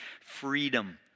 freedom